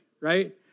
right